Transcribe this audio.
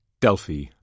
Delphi